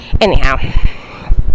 Anyhow